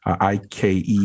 Ike